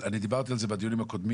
אבל אני דיברתי על זה בדיונים הקודמים,